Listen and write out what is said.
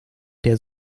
der